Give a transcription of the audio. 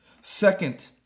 Second